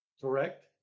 Correct